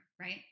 right